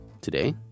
Today